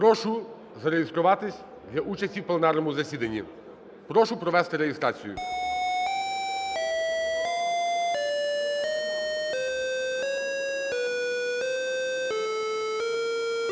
Прошу зареєструватись для участі в пленарному засіданні. Прошу провести реєстрацію.